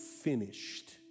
finished